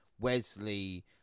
Wesley